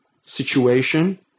situation